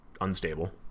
Unstable